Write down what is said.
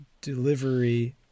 delivery